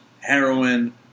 Heroin